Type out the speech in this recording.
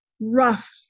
rough